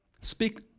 speak